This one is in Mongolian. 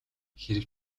хэрэв